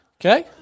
Okay